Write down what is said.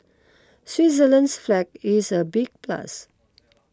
Switzerland's flag is a big plus